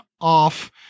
off